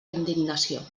indignació